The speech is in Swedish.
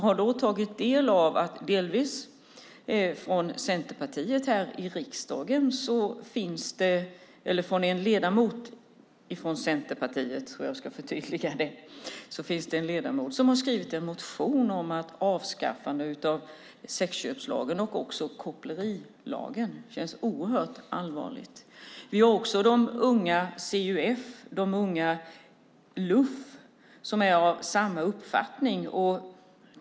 Jag har noterat att en ledamot från Centerpartiet här i riksdagen har skrivit en motion om att avskaffa sexköpslagen och också kopplerilagen. Det känns oerhört allvarligt. Vi har också de unga i Cuf och de unga i Luf som är av samma uppfattning.